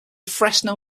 fresno